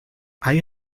hay